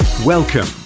Welcome